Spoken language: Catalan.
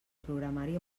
programari